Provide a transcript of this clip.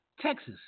Texas